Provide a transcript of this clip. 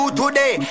today